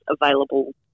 available